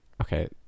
Okay